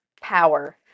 power